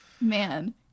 Man